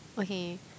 okay